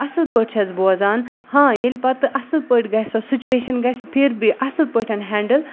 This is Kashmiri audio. اَصٕل پٲٹھۍ چھَس بوزان ہاں ییٚلہِ پَتہٕ اَصٕل پٲٹھۍ گژھِ سۄ سُچویشَن گژھِ پھِر بھی اَصٕل پٲٹھۍ ہٮ۪نٛڈٕل